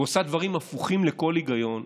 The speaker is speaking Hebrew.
ועושה דברים הפוכים לכל היגיון,